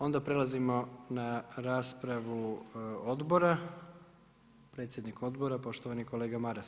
Onda prelazimo na raspravu odbora, predsjednik odbora poštovani kolega Maras.